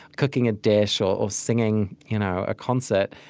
cooking a dish, or singing you know a concert.